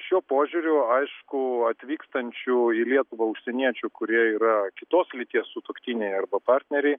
šiuo požiūriu aišku atvykstančių į lietuvą užsieniečių kurie yra kitos lyties sutuoktiniai arba partneriai